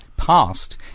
past